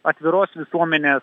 atviros visuomenės